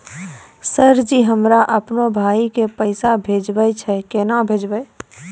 Sir ji हमरा अपनो भाई के पैसा भेजबे के छै, केना भेजबे?